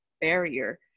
barrier